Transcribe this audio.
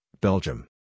Belgium